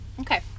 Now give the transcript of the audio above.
Okay